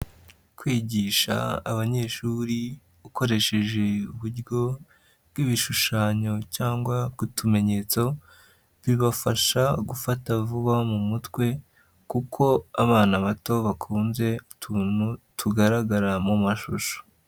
Kwigisha abanyeshuri, ukoresheje uburyo bw'ibishushanyo cyangwa bw'utumenyetso, bibafasha gufata vuba mu mutwe, kuko abana bato bakunze, utuntu tugaragara mu mashusho.